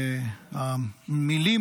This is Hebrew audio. המילים